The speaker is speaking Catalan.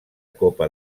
copa